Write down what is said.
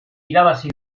irabazi